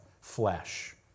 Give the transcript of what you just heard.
flesh